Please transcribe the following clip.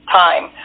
time